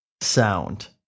sound